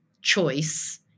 choice